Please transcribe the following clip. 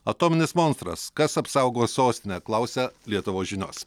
atominis monstras kas apsaugos sostinę klausia lietuvos žinios